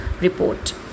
report